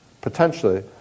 potentially